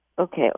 Okay